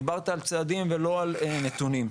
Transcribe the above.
דיברת על צעדים ולא על נתונים.